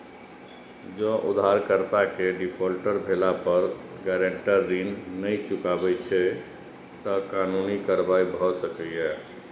जौं उधारकर्ता के डिफॉल्टर भेला पर गारंटर ऋण नै चुकबै छै, ते कानूनी कार्रवाई भए सकैए